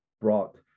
brought